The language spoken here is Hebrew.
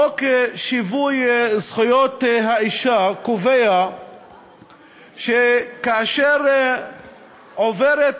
חוק שוויון זכויות האישה קובע שכאשר עוברת